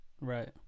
right